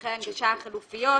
דרכי הגישה החלופיות,